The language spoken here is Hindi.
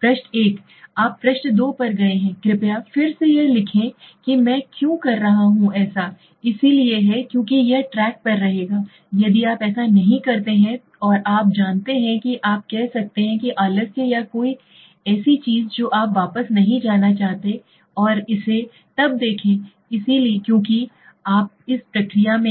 पृष्ठ 1 है आप पृष्ठ 2 पर गए हैं कृपया फिर से यह लिखें कि मैं क्यों कह रहा हूं ऐसा इसलिए है क्योंकि यह ट्रैक पर रहेगा यदि आप ऐसा नहीं करते हैं और आप जानते हैं कि आप कह सकते हैं कि आलस्य या कोई ऐसी चीज जो आप वापस नहीं जाना चाहते हैं और इसे तब देखें क्योंकि आप इस प्रक्रिया में हैं